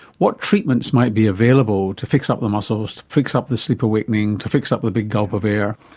what treatments might be available to fix up the muscles, to fix up the sleep awakening, to fix up the big gulp of air?